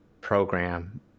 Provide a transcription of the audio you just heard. program